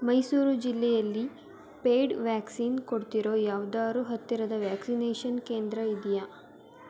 ಮೈಸೂರು ಜಿಲ್ಲೆಯಲ್ಲಿ paid vaccine ಕೊಡ್ತಿರೋ ಯಾವ್ದಾದ್ರೂ ಹತ್ತಿರದ ವ್ಯಾಕ್ಸಿನೇಷನ್ ಕೇಂದ್ರ ಇದೆಯಾ